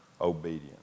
obedience